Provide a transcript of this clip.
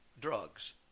Drugs